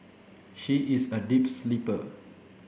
she is a deep sleeper